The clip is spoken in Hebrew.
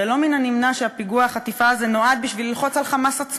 הרי לא מן הנמנע שפיגוע החטיפה הזה נועד בשביל ללחוץ על "חמאס" עצמו,